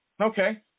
Okay